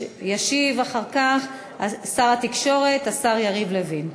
ישיב אחר כך שר התקשורת, השר יריב לוין.